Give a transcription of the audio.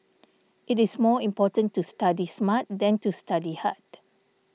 it is more important to study smart than to study hard